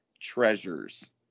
treasures